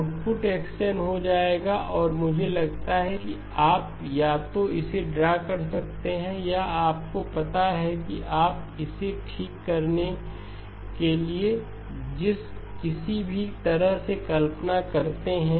output x n हो जाएगा और मुझे लगता है कि आप या तो इसे ड्रा कर सकते हैं या आपको पता है कि आप इसे ठीक करने के लिए जिस किसी भी तरह से कल्पना करते हैं